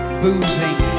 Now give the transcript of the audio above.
boozing